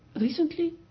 Recently